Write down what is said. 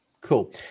Cool